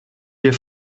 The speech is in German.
dir